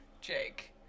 Jake